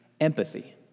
Empathy